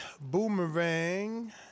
boomerang